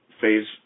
phase